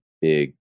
big